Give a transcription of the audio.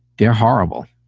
they're horrible.